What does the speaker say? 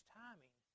timing